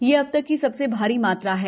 यह अब तक की सबसे भारी मात्रा है